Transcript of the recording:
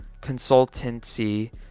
consultancy